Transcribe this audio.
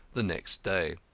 the next day.